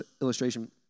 illustration